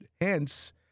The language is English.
Hence